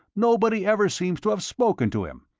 nobody ever seems to have spoken to him,